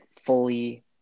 fully